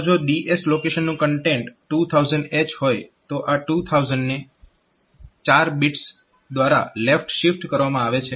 તો જો DS location content 2000H હોય તો આ 2000 ને 4 બિટ્સ દ્વારા લેફ્ટ શિફ્ટ કરવામાં આવે છે